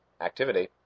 activity